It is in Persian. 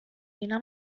اینا